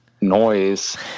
noise